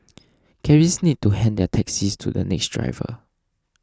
cabbies need to hand their taxis to the next driver